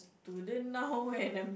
student now and I'm